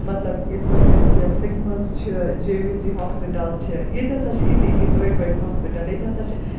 مَطلَب یِتھٕ پٲٹھۍ اَسہِ یہِ سِکمٕز چھِ جے وی سی ہاسپِٹَل چھِ ییٚتہِ ہَسا چھِ یِتھی یِتھی بٔڈۍ بٔڈۍ ہاسپِٹَل ییٚتہِ ہَسا چھِ